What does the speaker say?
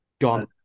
gone